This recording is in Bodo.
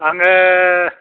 आङो